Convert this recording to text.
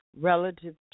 relative